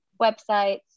websites